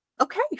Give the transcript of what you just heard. okay